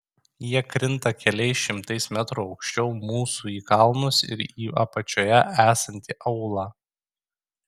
jie krinta keliais šimtais metrų aukščiau mūsų į kalnus ir į apačioje esantį aūlą